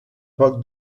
poc